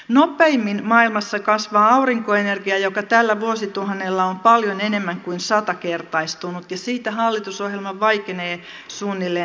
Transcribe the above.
nopeimmin maailmassa kasvaa aurinkoenergia joka tällä vuosituhannella on paljon enemmän kuin satakertaistunut ja siitä hallitusohjelma vaikenee suunnilleen täysin